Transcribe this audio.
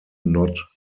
not